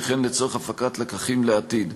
וכן לצורך הפקת לקחים לעתיד.